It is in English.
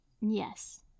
Yes